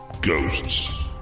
Ghosts